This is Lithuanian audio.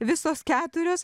visos keturios